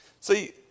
See